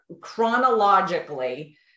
chronologically